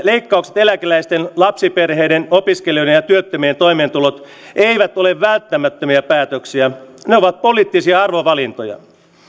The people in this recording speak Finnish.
leikkaukset eläkeläisten lapsiperheiden opiskelijoiden ja työttömien toimeentuloon eivät ole välttämättömiä päätöksiä ne ovat poliittisia arvovalintoja